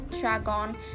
dragon